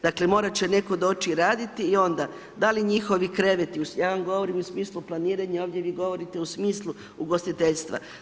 Dakle, morat će netko doći raditi i onda da li njihovi kreveti, ja vam govorim u smislu planiranja, ovdje vi govorite u smislu ugostiteljstva.